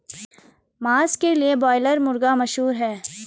मांस के लिए ब्रायलर मुर्गा मशहूर है